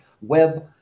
web